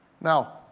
Now